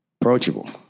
Approachable